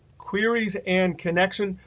queries and connection,